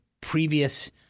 previous